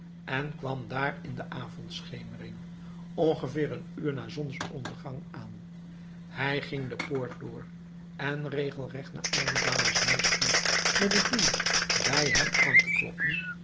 en kwam daar in de avondschemering ongeveer een uur na zonsondergang aan hij ging de poort door en regelrecht naar ali baba's huis toe met het doel bij hem aan te kloppen